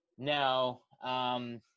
No